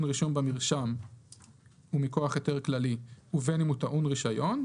רישום במרשם ומכוח היתר כללי ובין אם הוא טעון רישיון,